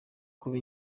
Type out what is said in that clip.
kuba